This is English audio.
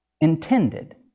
intended